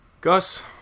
Gus